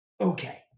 okay